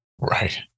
Right